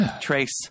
Trace